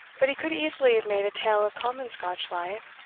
but he could easily have made a tale of common scotch life,